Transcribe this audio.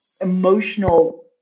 emotional